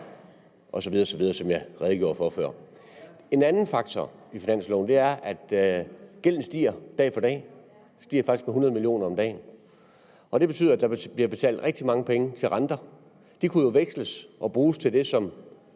osv., sådan som jeg redegjorde for det før. En anden faktor i finansloven er, at gælden stiger dag for dag – den stiger faktisk med 100 mio. kr. om dagen – og det betyder, at der bliver betalt rigtig mange penge i renter. De kunne jo veksles og bruges til det, som